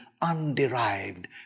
underived